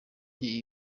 isi